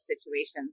situations